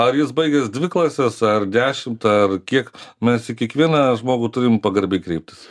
ar jis baigęs dvi klases ar dešimt ar kiek mes į kiekvieną žmogų turim pagarbiai kreiptis